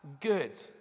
good